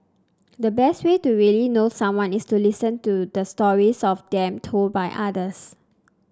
the best way to really know someone is to listen to the stories of them told by others